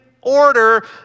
order